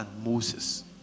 Moses